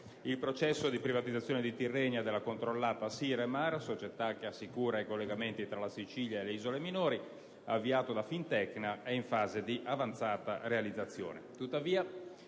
Il processo di privatizzazione di Tirrenia e della controllata Siremar, società che assicura i collegamenti tra la Sicilia e le isole minori, avviato da Fintecna, è in fase di avanzata realizzazione.